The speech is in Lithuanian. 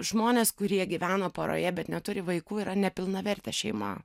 žmonės kurie gyvena poroje bet neturi vaikų yra nepilnavertė šeima